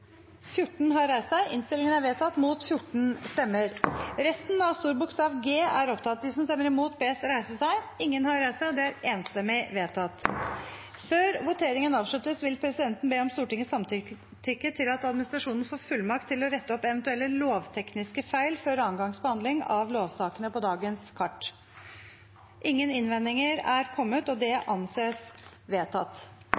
resten av G, I–VI. Før voteringen avsluttes, vil presidenten be om Stortingets samtykke til at administrasjonen får fullmakt til å rette opp eventuelle lovtekniske feil før andre gangs behandling av lovsakene på dagens kart. – Ingen innvendinger er kommet, og